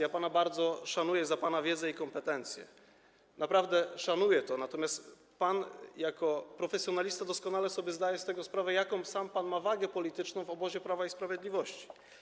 Ja pana bardzo szanuję za pana wiedzę i kompetencje, naprawdę szanuję, natomiast pan jako profesjonalista doskonale zdaje sobie sprawę z tego, jaką sam pan ma wagę polityczną w obozie Prawa i Sprawiedliwości.